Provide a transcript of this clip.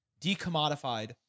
decommodified